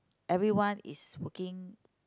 everyone is working